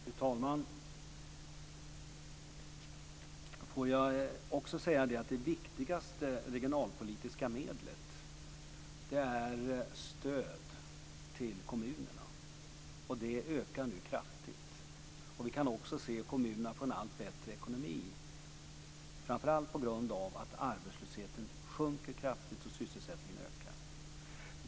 Fru talman! Får jag också säga att det viktigaste regionalpolitiska medlet är stöd till kommunerna, och det ökar nu kraftigt. Vi kan också se att kommunerna får en allt bättre ekonomi, framför allt på grund av att arbetslösheten sjunker kraftigt och att sysselsättningen ökar.